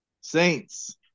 Saints